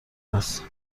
است